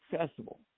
accessible